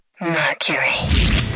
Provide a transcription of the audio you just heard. Mercury